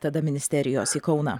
tada ministerijos į kauną